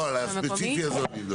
לא, אז ספציפית על זו אני מדבר.